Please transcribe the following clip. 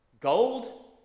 gold